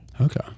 Okay